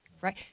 right